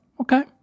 okay